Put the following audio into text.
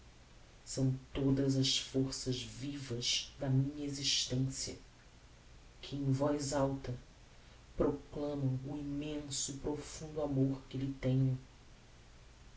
são todas as forças vivas da minha existencia que em alta voz proclamam o immenso e profundo amor que lhe tenho